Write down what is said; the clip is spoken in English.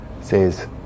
says